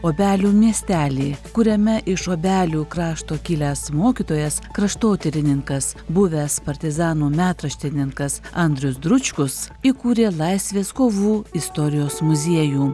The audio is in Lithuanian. obelių miestelį kuriame iš obelių krašto kilęs mokytojas kraštotyrininkas buvęs partizanų metraštininkas andrius dručkus įkūrė laisvės kovų istorijos muziejų